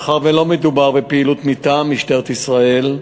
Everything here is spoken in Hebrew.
מאחר שלא מדובר בפעילות מטעם משטרת ישראל,